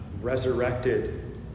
resurrected